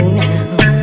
now